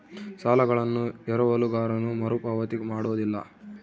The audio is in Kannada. ಸಾಲಗಳನ್ನು ಎರವಲುಗಾರನು ಮರುಪಾವತಿ ಮಾಡೋದಿಲ್ಲ